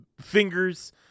fingers